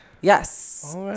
Yes